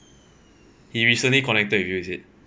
he recently connected with you is it